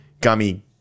gummy